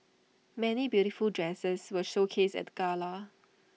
many beautiful dresses were showcased at the gala